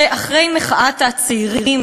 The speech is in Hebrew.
שאחרי מחאת הצעירים,